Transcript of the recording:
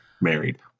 married